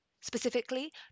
Specifically